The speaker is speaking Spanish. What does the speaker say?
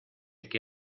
que